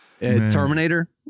Terminator